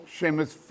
Seamus